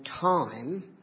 time